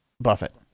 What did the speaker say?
Buffett